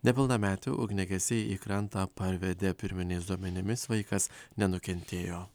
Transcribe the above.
nepilnametį ugniagesiai į krantą parvedė pirminiais duomenimis vaikas nenukentėjo